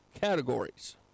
categories